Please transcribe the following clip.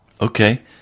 Okay